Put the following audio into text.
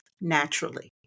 naturally